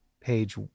page